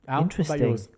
Interesting